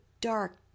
dark